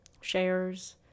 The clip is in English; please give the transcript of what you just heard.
Shares